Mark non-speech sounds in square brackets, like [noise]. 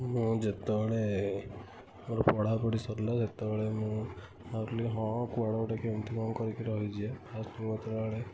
ମୁଁ ଯେତେବେଳେ ମୋର ପଢ଼ାପଢ଼ି ସରିଲା ସେତେବେଳେ ମୁଁ ଭାବିଲି ହଁ କୁଆଡ଼େ ଗୋଟେ କେମିତି କ'ଣ କରିକି ରହିଯିବା ଫାଷ୍ଟ [unintelligible]